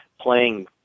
playing